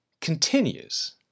continues